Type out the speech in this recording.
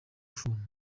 ifuni